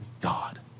God